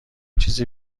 چیزی